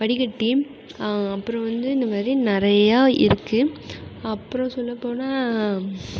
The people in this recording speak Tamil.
வடிகட்டி அப்புறம் வந்து இந்த மாதிரி நிறையா இருக்குது அப்புறம் சொல்ல போனா